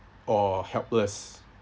or helpless